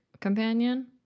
companion